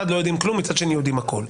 לא יודעים כלום ומצד שני יודעים הכול.